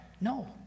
No